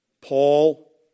Paul